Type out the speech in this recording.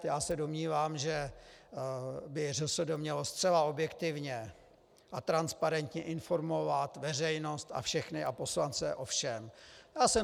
Já se domnívám, že by ŘSD mělo zcela objektivně a transparentně informovat veřejnost a všechny a poslance o všem.